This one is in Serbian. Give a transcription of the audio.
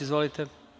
Izvolite.